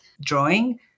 drawing